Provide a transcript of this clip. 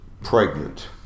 pregnant